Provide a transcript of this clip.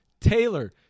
Taylor